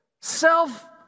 self